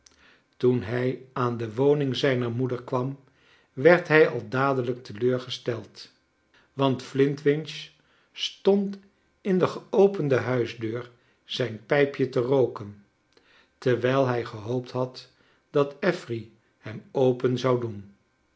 toen hij aan de woning zijner moader kwam werd hij al dadelijk teleurgesteld want flintwinch stond in de geopende huisdenr zijn pijpje te rooken terwijl hij gehoopt had dat affery hem open zou doen